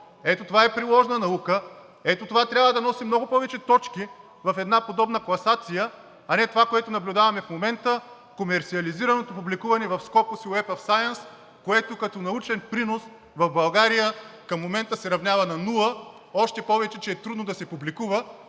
Ето това е приложна наука, ето това трябва да носи много повече точки в една подобна класация, а не това, което наблюдаваме в момента – комерсиализираното публикуване в SCOPUS/Web of Science, което като научен принос в България към момента се равнява на нула, още повече че е трудно да се публикува,